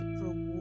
reward